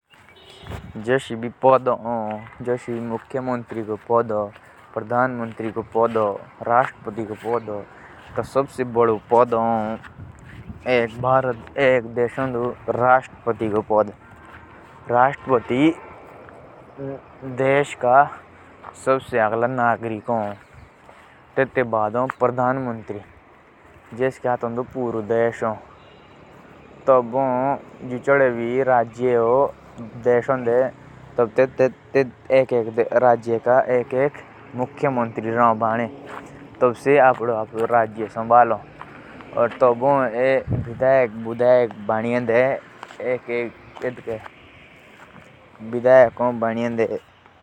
पोरदा कोतुई चीजक गोटनोक हो। अर पोरदा घोरु के दर खिड़की पडेसोजियानोक भी हो।